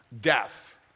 death